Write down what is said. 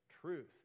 truth